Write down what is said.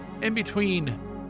In-between